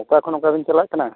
ᱚᱠᱟ ᱠᱷᱚᱱ ᱚᱠᱟ ᱵᱤᱱ ᱪᱟᱞᱟᱜ ᱠᱟᱱᱟ